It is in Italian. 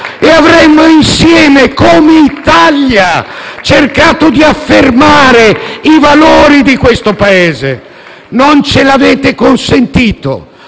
e avremmo insieme, come Italia, cercato di affermare i valori del Paese. Non ce l'avete consentito,